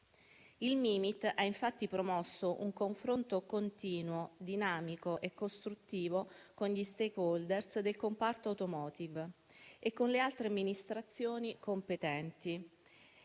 Il Mimit ha promosso un confronto continuo, dinamico e costruttivo con gli *stakeholder* del comparto *automotive* e con le altre amministrazioni competenti,